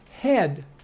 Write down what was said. head